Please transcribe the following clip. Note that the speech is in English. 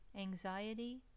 anxiety